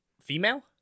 Female